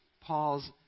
Paul's